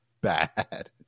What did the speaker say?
bad